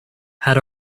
had